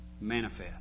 manifest